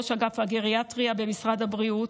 ראש אגף גריאטריה במשרד הבריאות,